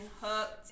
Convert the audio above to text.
hooked